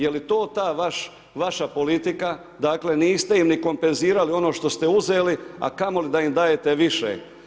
Je li to taj vaš, vaša politika, dakle niste im ni kompenzirali ono što ste uzeli, a kamoli da im dajete više.